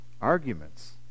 arguments